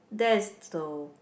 there is though